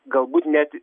galbūt net